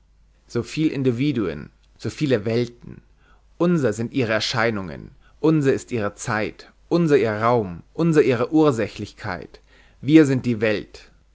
so viel individuen so viele welten unser sind ihre erscheinungen unser ist ihre zeit unser ihr raum unser ihre ursächlichkeit wir sind die welt